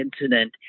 incident